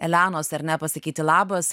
elenos ar ne pasakyti labas